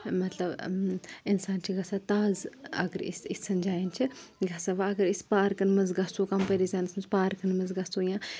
مطلب اِنسان چھِ گژھان تازٕ اَگر أسۍ اِژھَن جایَن چھِ گژھان وَ اگر أسۍ پارکَن منٛز گژھو کَمپَرِزَنس مَنٛز پارکَن منٛز گژھو یا